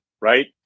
right